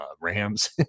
Rams